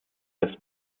das